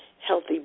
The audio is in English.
healthy